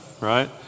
Right